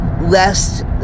lest